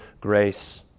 grace